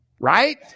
right